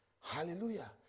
Hallelujah